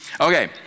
okay